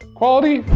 quality.